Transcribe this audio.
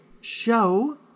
show